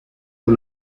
por